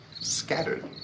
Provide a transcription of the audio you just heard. Scattered